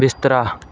ਬਿਸਤਰਾ